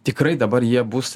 tikrai dabar jie bus